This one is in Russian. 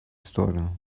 сторону